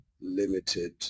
limited